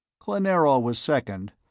klanerol was second,